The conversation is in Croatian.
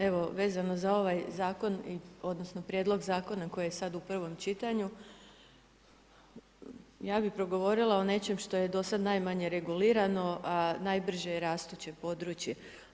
Evo vezano za ovaj zakon odnosno prijedlog zakona koji je sad u prvom čitanju, ja bih progovorila o nečem što je do sad najmanje regulirano a najbrže je rastuće područje.